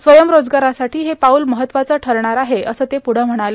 स्वयंरोजारासाठो हे पाऊल महत्त्वाचं ठरणार आहे असं ते पुढं म्हणाले